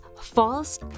false